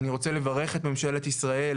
אני רוצה לברך את ממשלת ישראל,